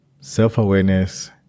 Self-awareness